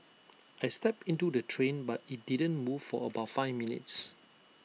I stepped into the train but IT didn't move for about five minutes